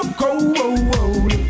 cold